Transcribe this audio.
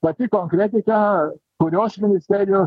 pati konkretika kurios ministerijos